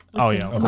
oh yeah,